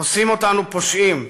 עושים אותנו פושעים.